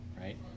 right